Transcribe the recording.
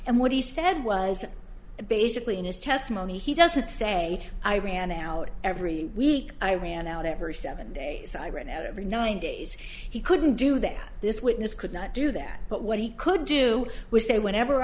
and what he said was that basically in his testimony he doesn't say i ran out every week i ran out every seven days i ran out every nine days he couldn't do that this witness could not do that but what he could do was say whenever